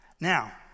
Now